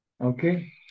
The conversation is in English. Okay